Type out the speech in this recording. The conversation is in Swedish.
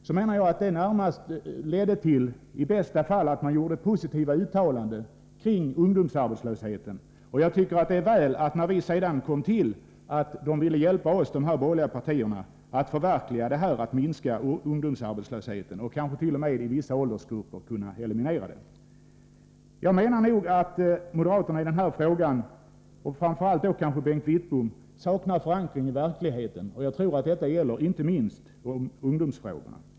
Den ledde i bästa fall till positiva uttalanden om att minska ungdomsarbetslösheten. Det var väl att de borgerliga partierna, när vi sedan trädde till, ville hjälpa oss att minska ungdomsarbetslösheten — och kanske i vissa Jag menar att moderaterna — och kanske framför allt Bengt Wittbom — i detta fall saknar förankring i verkligheten. Det gäller inte minst ungdomsfrågorna.